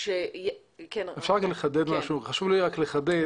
שלכם עובדת?